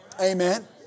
amen